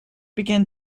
began